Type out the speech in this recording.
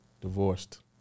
divorced